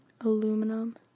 aluminum